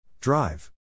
Drive